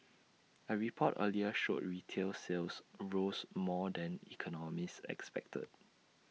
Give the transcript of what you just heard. A report earlier showed retail sales rose more than economists expected